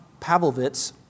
Pavlovitz